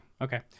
Okay